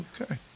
Okay